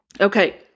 Okay